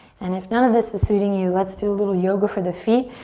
and if none of this is suiting you, let's do a little yoga for the feet,